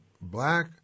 black